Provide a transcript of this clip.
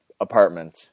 apartment